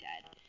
dead